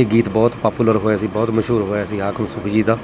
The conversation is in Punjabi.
ਇਹ ਗੀਤ ਬਹੁਤ ਪਾਪੂਲਰ ਹੋਇਆ ਸੀ ਬਹੁਤ ਮਸ਼ਹੂਰ ਹੋਇਆ ਸੀ ਹਾਕਮ ਸੂਫੀ ਜੀ ਦਾ